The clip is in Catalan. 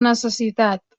necessitat